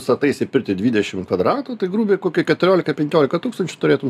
stataisi pirtį dvidešim kvadratų tai grubiai kokį keturiolika penkiolika tūkstančių turėtum